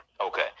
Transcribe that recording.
Okay